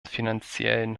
finanziellen